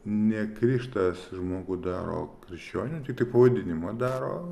ne krikštas žmogų daro krikščioniu tiktai pavadinimą daro